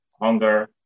hunger